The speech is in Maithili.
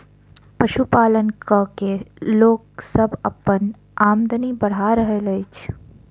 पशुपालन क के लोक सभ अपन आमदनी बढ़ा रहल अछि